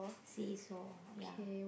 seesaw ya